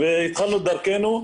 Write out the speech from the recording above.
התחלנו דרכנו.